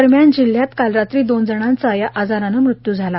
दरम्यान जिल्ह्यात काल रात्री दोन जणांचा या आजारानं मृत्यू झाला